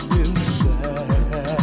inside